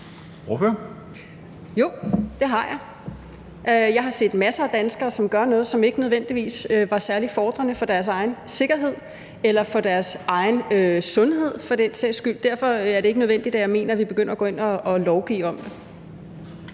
Jeg har set masser af danskere, som gør noget, som ikke nødvendigvis var særlig befordrende for deres egen sikkerhed eller for deres egen sundhed for den sags skyld. Derfor mener jeg ikke nødvendigvis, at vi skal gå ind og begynde at lovgive om det.